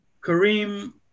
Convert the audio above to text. Kareem